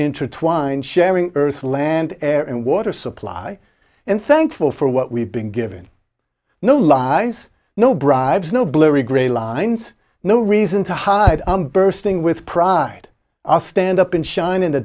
intertwined sharing earth land air and water supply and thankful for what we've been given no lies no bribes no blurry gray lines no reason to hide i'm bursting with pride are stand up and shine in the